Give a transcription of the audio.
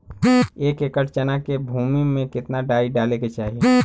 एक एकड़ चना के भूमि में कितना डाई डाले के चाही?